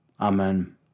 Amen